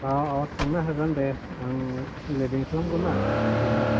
अ अ थांनो हागोन दे आं लिदिं खालामगोन ना ओजोंहाय